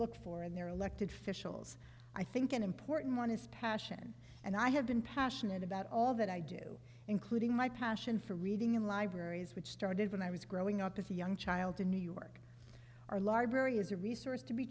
look for in their elected officials i think an important one is passion and i have been passionate about all that i do including my passion for reading in libraries which started when i was growing up as a young child in new york are large areas a resource to be